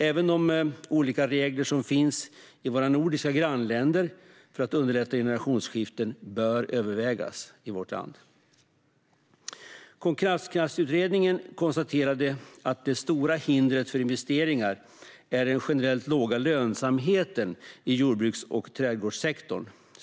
Även de olika regler som finns i våra nordiska grannländer för att underlätta generationsskiften bör övervägas i vårt land. Konkurrenskraftsutredningen konstaterade att det stora hindret för investeringar är den generellt låga lönsamheten i jordbruks och trädgårdssektorn.